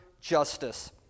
justice